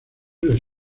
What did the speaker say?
les